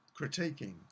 critiquing